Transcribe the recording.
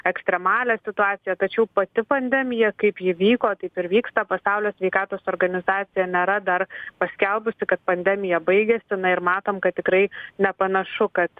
ekstremalią situaciją tačiau pati pandemija kaip ji vyko taip ir vyksta pasaulio sveikatos organizacija nėra dar paskelbusi kad pandemija baigiasi ir matom kad tikrai nepanašu kad